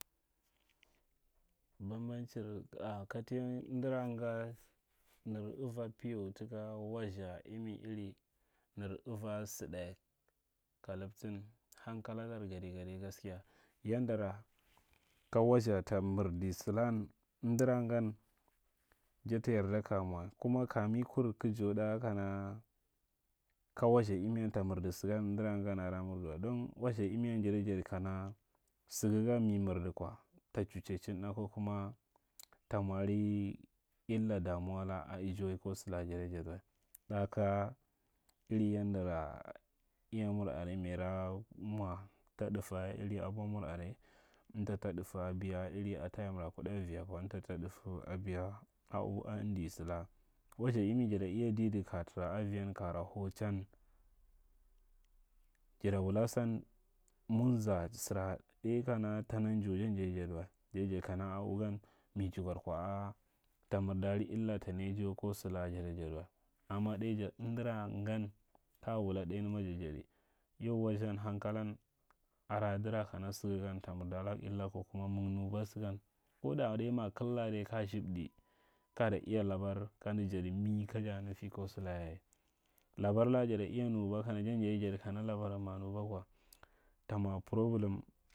Bambanchir, aa, kataiyir amdara nga mir eva piyu, isa taka washa imi idi mikava soɗa ka liptin, kankaladar gade gade gaskiya. Yandara ka wastha ta midi salakan amdara ngan, jata yard aka mwa wa. Kuma ka mi kur kag jauda kana ka wastha imi ta mird sagan, amdaɗra ngan ada mirdi wa don wastha imi yan jada, jadi kana saga gan mi mirda kwa anfa chuchechinɗa ka kuma ta mwa ari illa damuwa la, a ijawai ko salaka, jada jadawa. Daka iri yandara iyamur are majara mwa ta ɗafa, iri ahwamur are, amta ta ɗata abiya, iri a tayimra kuɗa ariya kwa, amta ta ɗafa abiya, a’u a anda salaka. Wasde imi jada iya dida kaja tara aviyan kajara hau chan. Jada wula san munza, sara ɗai kana ta kan janjam, lada jadi wa. Jada jadi kana a’u gan mi jigwar kwa a’a ta mirda ri illa, ta nai jau ka salaka ja da jadi wa. Amma dai amdora ngan, kaja wula dai ma ja jadi. Yau wasthan, nankalan ada dira kana saga gan ta mirda lan ill kuma mig nuba sagana ko da dai ma kalla dai kaja smimdi kaya ta liga labar kamda jadi mi kaja nu mi ko salaka yaya labar laka jada iya nuba, jan jada jadi maja nuba kwa ta mwa problem…